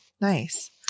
Nice